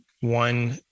one